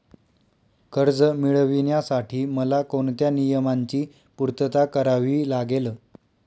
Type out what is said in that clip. कर्ज मिळविण्यासाठी मला कोणत्या नियमांची पूर्तता करावी लागेल?